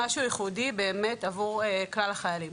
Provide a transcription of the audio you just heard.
משהו ייחודי באמת עבור כלל החיילים,